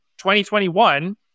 2021